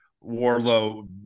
Warlow